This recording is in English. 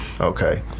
Okay